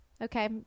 Okay